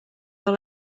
all